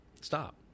STOP